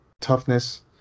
toughness